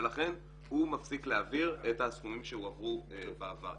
ולכן הוא מפסיק להעביר את הסכומים שהועברו בעבר.